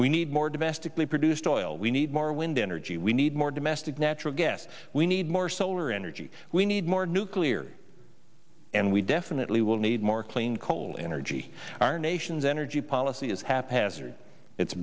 we need more domestically produced oil we need more wind energy we need more domestic natural gas we need more solar energy we need more nuclear and we definitely will need more clean coal energy our nation's energy policy is haphazard it's